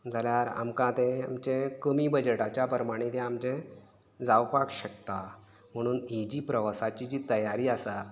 जाल्यार आमकां तें आमचें कमी बजेटाच्या प्रमाणें तें आमचें जावपाक शकता म्हणून ही जी प्रवासाची जी तयारी आसा